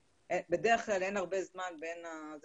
בדרך כלל אין הרבה זמן בין זה